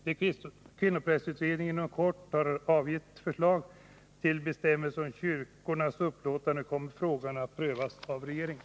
När kvinnoprästutredningen inom kort har avgett förslag till bestämmelser om kyrkornas upplåtande kommer frågan att prövas av regeringen.